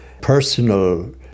personal